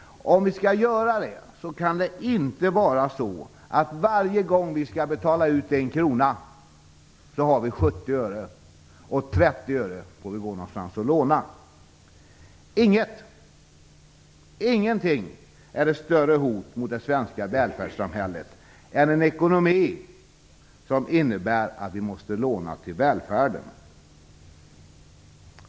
Om vi skall göra det kan det inte vara så att varje gång vi skall betala ut en krona har vi 70 öre medan vi får gå någonstans för att låna 30 öre. Inget, ingenting är ett större hot mot det svenska välfärdssamhället än en ekonomi som innebär att vi måste låna till välfärden.